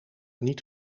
niet